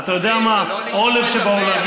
זה לא לסתום את הפה.